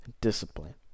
discipline